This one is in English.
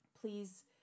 please